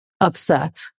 upset